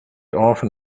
often